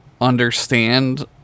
understand